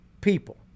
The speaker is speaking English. people